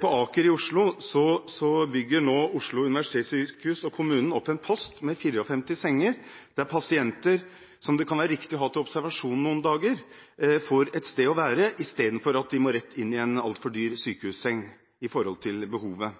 Aker sykehus i Oslo bygger nå Oslo universitetssykehus og kommunen opp en post med 54 senger, der pasienter som det kan være riktig å ha til observasjon noen dager, kan være, istedenfor at de må rett inn i en altfor dyr sykehusseng, sett i forhold til behovet.